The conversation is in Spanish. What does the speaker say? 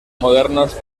modernos